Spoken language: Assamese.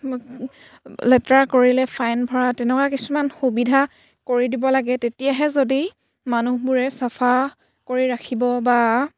লেতেৰা কৰিলে ফাইন ভৰা তেনেকুৱা কিছুমান সুবিধা কৰি দিব লাগে তেতিয়াহে যদি মানুহবোৰে চাফা কৰি ৰাখিব বা